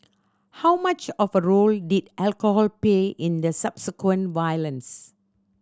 how much of a role did alcohol play in the subsequent violence